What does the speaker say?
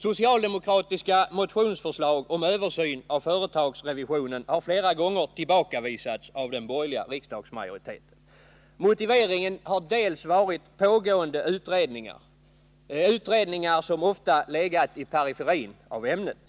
Socialdemokratiska motionsförslag om översyn av företagsrevisionen har flera gånger tillbakavisats av den borgerliga riksdagsmajoriteten. Motiveringen har bl.a. varit pågående utredningar. Dessa utredningar har ofta legat i periferin av ämnet.